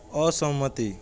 असहमति